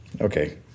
Okay